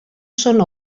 són